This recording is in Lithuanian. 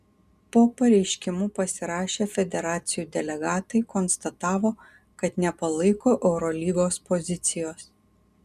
po pareiškimu pasirašę federacijų delegatai konstatavo kad nepalaiko eurolygos pozicijos